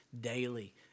daily